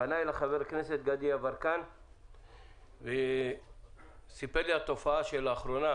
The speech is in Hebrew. פנה אלי ח"כ גדי יברקן וסיפר לי על תופעה שלאחרונה,